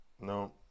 no